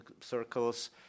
circles